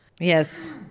Yes